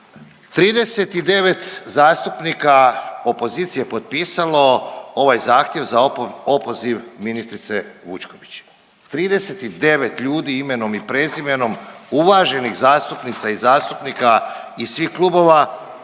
39 zastupnika opozicije potpisalo ovaj zahtjev za opoziv ministrice Vučković. 39 ljudi imenom i prezimenom, uvaženih zastupnica i zastupnika iz svih klubova